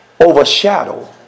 overshadow